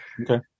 Okay